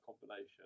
combination